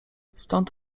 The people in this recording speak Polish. stąd